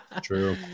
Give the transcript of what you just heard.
True